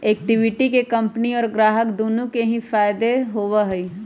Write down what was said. equity के company और ग्राहक दुन्नो के ही फायद दा होबा हई